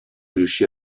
riuscì